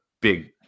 big